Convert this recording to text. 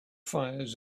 fires